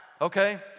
Okay